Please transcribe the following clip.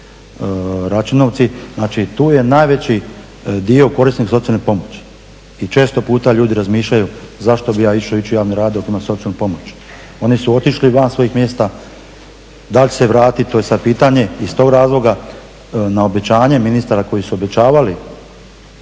Račinovci. Znači tu je najveći dio korisnika socijalne pomoći i često puta ljudi razmišljaju zašto bi ja išao u javne radove ako imam socijalnu pomoć. Oni su otišli van svojih mjesta, da li će se vratiti to je sada pitanje. Iz tog razloga na obećanje ministara koji su obećavali